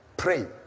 pray